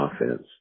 offense